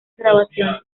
grabaciones